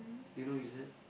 do you know who is that